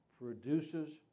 produces